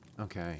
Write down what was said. Okay